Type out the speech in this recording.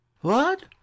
What